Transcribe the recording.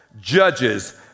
Judges